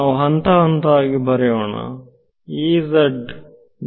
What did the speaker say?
ನಾವು ಹಂತಹಂತವಾಗಿ ಬರೆಯೋಣ ವು ದೂರ ಇದೆ